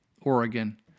Oregon